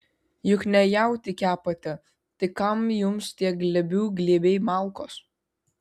juk ne jautį kepate tai kam jums tie glėbių glėbiai malkos